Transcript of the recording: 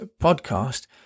podcast